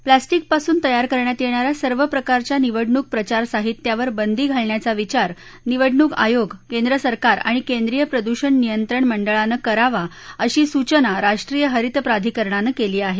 प्लॅस्टिकपासून तयार करण्यात येणाऱ्या सर्व प्रकारच्या निवडणूक प्रचार साहित्यावर बंदी घालण्याचा विचार निवडणूक आयोग केंद्र सरकार आणि केंद्रीय प्रदृषण नियंत्रण मंडळानं करावा अशी सूचना राष्ट्रीय हरित प्राधिकरणानं केली आहे